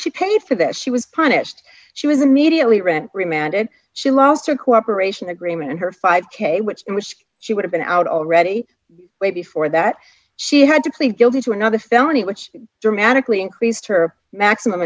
she paid for that she was punished she was immediately ran remand and she lost her cooperation agreement and her five k which she would have been out already way before that she had to plead guilty to another felony which dramatically increased her maximum